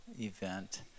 event